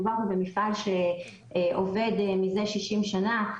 מדובר פה במפעל שעובד מזה 60 שנה,